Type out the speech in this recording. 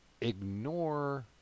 ignore